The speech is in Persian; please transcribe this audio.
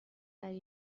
برای